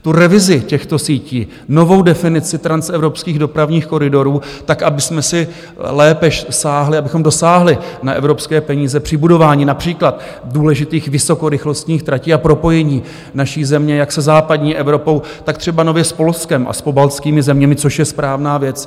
Tu revizi těchto sítí, novou definici transevropských dopravních koridorů, tak abychom si lépe sáhli, abychom dosáhli na evropské peníze při budování například důležitých vysokorychlostních tratí a propojení naší země jak se západní Evropou, tak třeba nově s Polskem a s pobaltskými zeměmi, což je správná věc.